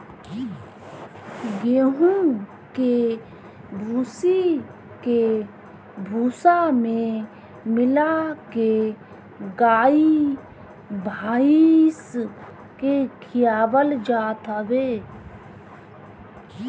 गेंहू के भूसी के भूसा में मिला के गाई भाईस के खियावल जात हवे